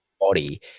body